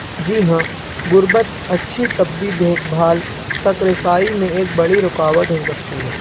جی ہاں غربت اچھی طبی دیکھ بھال تک رسائی میں ایک بڑی رکاوٹ ہو سکتی ہے